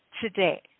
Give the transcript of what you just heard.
today